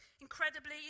incredibly